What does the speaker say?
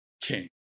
king